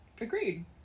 Agreed